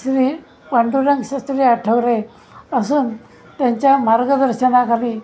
श्री पांडुरंगशास्त्री आठवले असून त्यांच्या मार्गदर्शनाखाली